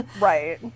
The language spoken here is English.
Right